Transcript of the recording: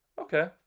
Okay